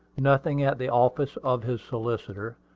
nothing at the office of his solicitor,